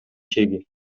чеги